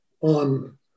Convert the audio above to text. on